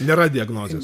nėra diagnozės